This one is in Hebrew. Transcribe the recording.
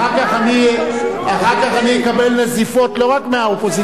אחר כך אני אקבל נזיפות לא רק מהאופוזיציה,